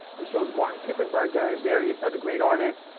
who shows martin kippenberger, and various other great artists.